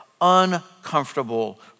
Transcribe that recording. uncomfortable